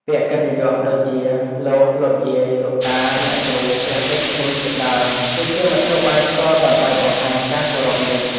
ពាក្យកិត្តិយសដូចជា លោក លោកយាយ លោកតា អ្នកគ្រូ ព្រះតេជគុណ ជាដើម គឺជាមធ្យោបាយផ្ទាល់ដើម្បីបង្ហាញការគោរពនេះ។